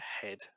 head